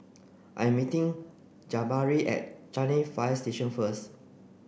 I'm meeting Jabari at Changi Fire Station first